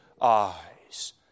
eyes